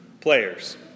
players